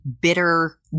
bitter